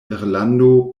irlando